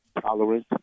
tolerance